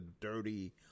dirty